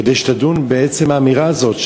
כדי שתדון בעצם האמירה הזאת,